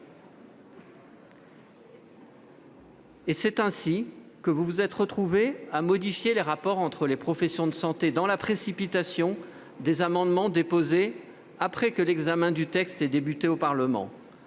C'est ainsi que vous vous êtes retrouvés à modifier les rapports entre les professions de santé dans la précipitation des amendements déposés après que l'examen du texte eut débuté au Parlement.